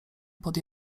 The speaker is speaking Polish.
pod